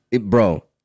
Bro